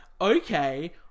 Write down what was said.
okay